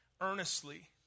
earnestly